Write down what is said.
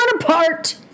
apart